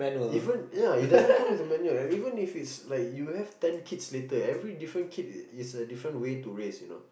even ya it doesn't come with a manual right even if it's like you have ten kids later every different kid is a different way to raise you know